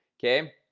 okay?